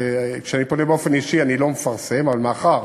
וכשאני פונה באופן אישי אני לא מפרסם, אבל מאחר